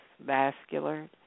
vascular